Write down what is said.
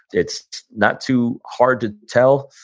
it's not too hard to tell.